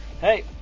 Hey